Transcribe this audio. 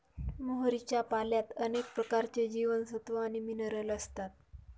मोहरीच्या पाल्यात अनेक प्रकारचे जीवनसत्व आणि मिनरल असतात